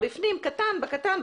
בפנים בקטן,